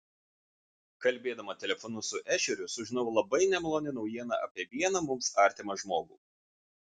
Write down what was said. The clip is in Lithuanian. kalbėdama telefonu su ešeriu sužinojau labai nemalonią naujieną apie vieną mums artimą žmogų